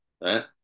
Right